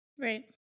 Right